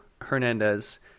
hernandez